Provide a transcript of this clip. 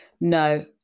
No